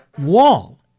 wall